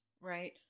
Right